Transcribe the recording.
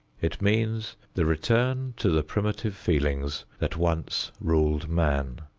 it means the return to the primitive feelings that once ruled man.